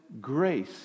Grace